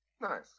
Nice